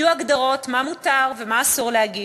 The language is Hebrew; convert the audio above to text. יהיו הגדרות מה מותר ומה אסור להגיש,